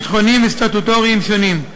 ביטחוניים וסטטוטוריים שונים.